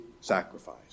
sacrifice